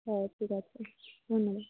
হ্যাঁ ঠিক আছে ধন্যবাদ